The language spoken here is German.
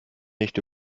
nicht